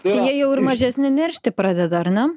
jie jau ir mažesni neršti pradeda ar ne